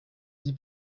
dix